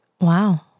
Wow